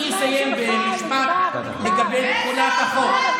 תודה רבה, חבר הכנסת טיבי.